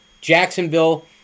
Jacksonville